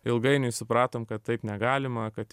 ilgainiui supratom kad taip negalima kad